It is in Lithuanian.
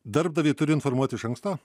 darbdavį turi informuot iš anksto